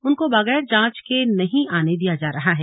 उनको बगैर जांच के नहीं आने दिया जा रहा है